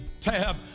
tab